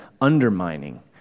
undermining